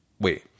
wait